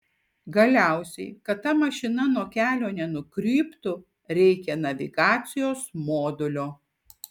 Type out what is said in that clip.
galiausiai kad ta mašina nuo kelio nenukryptų reikia navigacijos modulio